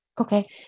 Okay